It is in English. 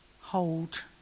hold